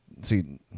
see